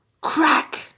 Crack